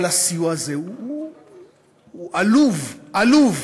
אבל הסיוע הזה הוא עלוב, עלוב,